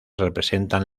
representan